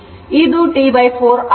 ಆದ್ದರಿಂದ ಇದು T 4 ಆಗಿದೆ